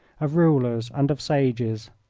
of rulers, and of sages.